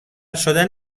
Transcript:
شدن